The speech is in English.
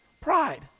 pride